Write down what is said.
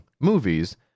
movies